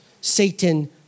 Satan